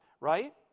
right